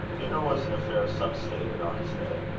dinner was an affair of some state at arnstead.